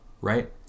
right